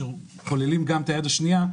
שכולל גם יד שנייה,